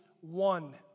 one